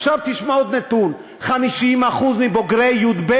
עכשיו תשמע עוד נתון: 50% מבוגרי י"ב